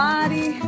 Body